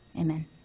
Amen